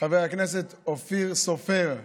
חבר הכנסת אופיר סופר,